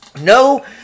No